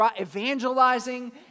evangelizing